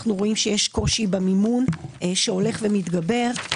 אנו רואים שיש קושי במימון, שהולך ומתגבר.